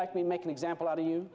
like me make an example out of you